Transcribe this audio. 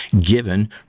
given